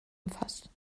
umfasst